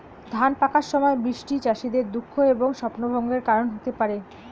ধান পাকার সময় বৃষ্টি চাষীদের দুঃখ এবং স্বপ্নভঙ্গের কারণ হতে পারে